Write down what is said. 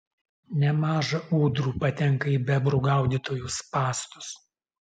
nemaža ūdrų patenka į bebrų gaudytojų spąstus